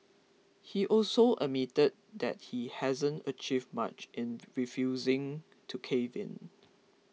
he also admitted that he hasn't achieved much in refusing to cave in